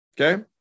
okay